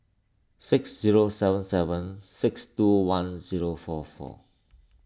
six zero seven seven six two one zero four four